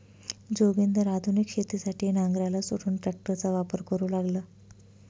जोगिंदर आधुनिक शेतीसाठी नांगराला सोडून ट्रॅक्टरचा वापर करू लागला